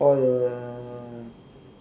for the